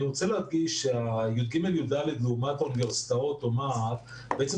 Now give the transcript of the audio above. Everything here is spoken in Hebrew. אני רוצה להדגיש שי"ג-י"ד לעומת האוניברסיטאות זה בעצם